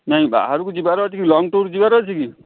ନାଇଁ ବାହାରକୁ ଯିବାର ଟିକେ ଲଙ୍ଗ୍ ଟୁର୍ ଯିବାର ଅଛି କି